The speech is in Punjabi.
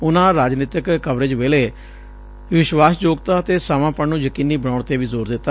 ਉਨ੍ਨਾਂ ਰਾਜਨੀਤਕ ਕਵਰੇਜ ਵੇਲੇ ਵਿਸ਼ਵਾਸਯੋਗਤਾ ਅਤੇ ਸਾਵਾਂਪਣ ਨ੍ਰੰ ਯਕੀਨੀ ਬਣਾਉਣ ਤੇ ਵੀ ਜ਼ੋਰ ਦਿੱਤਾ